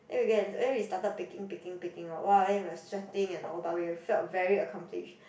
then we and we started picking picking picking then !wah! then we were sweating and all but we were felt very accomplished